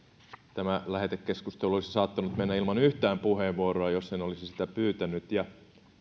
tämä lähetekeskustelu olisi saattanut mennä ilman yhtään puheenvuoroa jos en olisi sitä pyytänyt ja